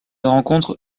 rencontrent